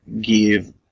give